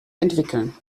entwickeln